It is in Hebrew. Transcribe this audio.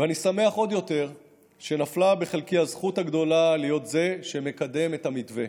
ואני שמח עוד יותר שנפלה בחלקי הזכות הגדולה להיות זה שמקדם את המתווה.